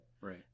Right